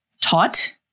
taught